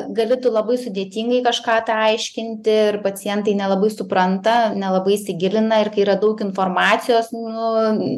gali tu labai sudėtingai kažką tai aiškinti ir pacientai nelabai supranta nelabai įsigilina ir kai yra daug informacijos nu